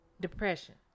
depression